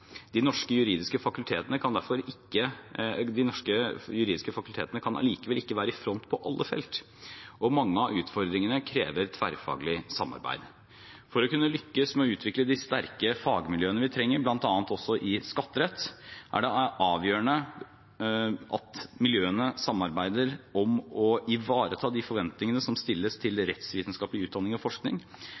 De norske juridiske fakultetene kan likevel ikke være i front på alle felt, og mange av utfordringene krever tverrfaglig samarbeid. For å kunne lykkes med å utvikle de sterke fagmiljøene vi trenger, bl.a. i skatterett, er det avgjørende at miljøene samarbeider om å ivareta de forventningene som stilles til rettsvitenskapelig utdanning og forskning.